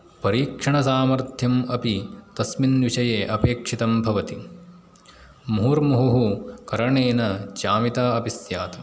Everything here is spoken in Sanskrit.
परीक्षणसामर्थ्यम् अपि तस्मिन् विषये अपेक्षितं भवति मुहुर्मुहुः करणेन जामिता अपि स्यात्